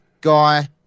guy